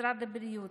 משרד הבריאות,